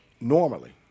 normally